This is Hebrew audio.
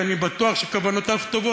כי אני בטוח שכוונותיו טובות.